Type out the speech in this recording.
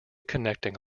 connecting